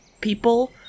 people